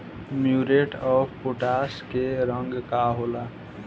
Muriate of potash के रंग का होला?